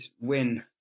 win